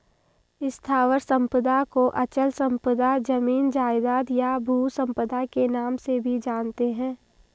स्थावर संपदा को अचल संपदा, जमीन जायजाद, या भू संपदा के नाम से भी जानते हैं